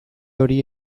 hori